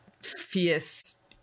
fierce